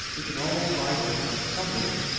we can always buy oil from somewhere.